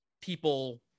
people